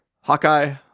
Hawkeye